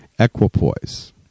Equipoise